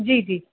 जी जी